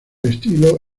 estilo